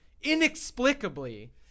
inexplicably –